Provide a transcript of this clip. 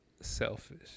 selfish